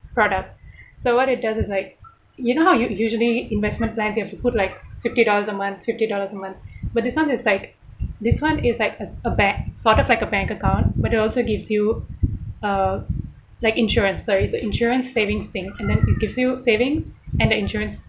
product so what it does is like you know how you usually investment plans you have to put like fifty dollars a month fifty dollars a month but this one it's like this one is like a a back sort of like a bank account but it also gives you uh like insurance sorry it's a insurance savings thing and then it gives you saving and the insurance